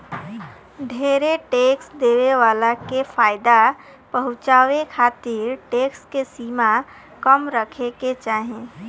ढेरे टैक्स देवे वाला के फायदा पहुचावे खातिर टैक्स के सीमा कम रखे के चाहीं